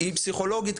היא פסיכולוגית,